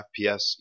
FPS